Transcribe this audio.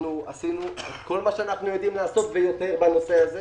עשינו את כל מה שאנחנו יודעים לעשות ויותר בנושא הזה.